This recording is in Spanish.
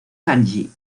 kanji